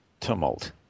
tumult